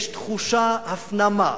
ויש תחושה, הפנמה,